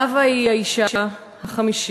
נאוה היא האישה ה-50.